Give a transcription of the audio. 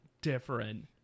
different